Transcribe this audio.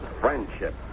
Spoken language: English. friendship